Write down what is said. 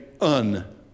un